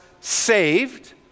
saved